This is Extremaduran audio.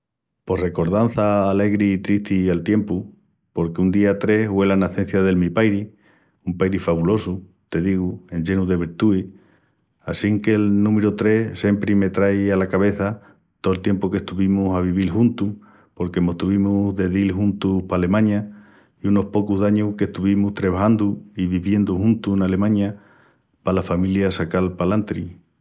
Pos recordança alegri i tristi al tiempu. Porque un día tres hue la nacencia de mi pairi. Un pairi fabulosu, te digu, enllenu de virtuis. Assinque'l númiru tres siempri me trai ala cabeça tol tiempu qu'estuvimus a vivil juntus porque mos tuvimus de dil juntus pa Alemaña i unus pocus d'añus qu'estuvimus trebajandu i viviendu juntus en Alemaña pala familia sacal palantri.